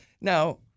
now